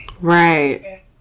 right